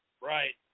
Right